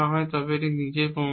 তবে এটি নিজের প্রমাণিত